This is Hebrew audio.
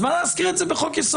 אז מה להזכיר את זה בחוק יסוד?